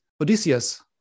Odysseus